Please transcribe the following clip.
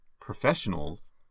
professionals